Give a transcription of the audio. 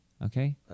Okay